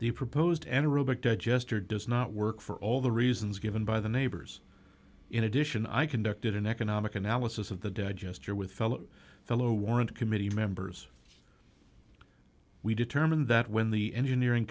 the proposed anaerobic digester does not work for all the reasons given by the neighbors in addition i conducted an economic analysis of the digester with fellow fellow warrant committee members we determined that when the engineering